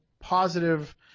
positive